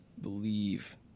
believe